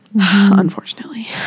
unfortunately